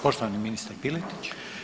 Poštovani ministar Piletić.